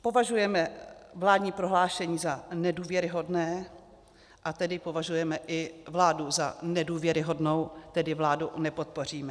Považujeme vládní prohlášení za nedůvěryhodné, a tedy považujeme i vládu za nedůvěryhodnou, tedy vládu nepodpoříme.